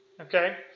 Okay